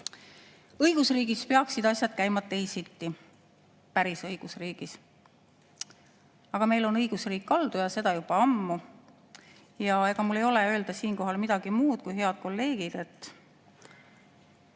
Õigusriigis peaksid asjad käima teisiti. Päris õigusriigis. Aga meil on õigusriik kaldu ja seda juba ammu. Ja ega mul ei ole öelda siinkohal midagi muud, kui seda, head kolleegid, et